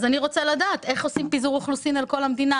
אני רוצה לדעת איך עושים פיזור אוכלוסין על כל המדינה,